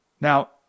now